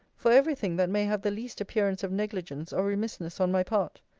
for every thing that may have the least appearance of negligence or remissness on my part.